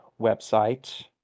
website